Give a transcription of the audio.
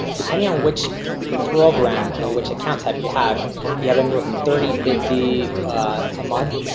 depending on which program or which account type you have you have anywhere from thirty fifty a month.